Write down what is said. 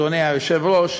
אדוני היושב-ראש,